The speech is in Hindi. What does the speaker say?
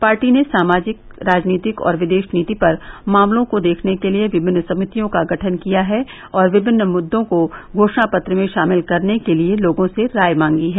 पार्टी ने सामाजिक राजनीतिक और विदेश नीति पर मामलों को देखने के लिये विभिन्न समितियों का गठन किया है और विभिन्न मुद्दों को घोषणा पत्र में शामिल करने के लिये लोगों से राय मांगी है